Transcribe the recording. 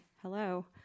hello